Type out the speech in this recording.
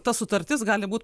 ta sutartis gali būt